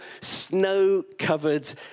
snow-covered